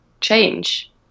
change